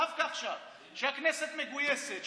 ודווקא ועכשיו כשהכנסת מגויסת,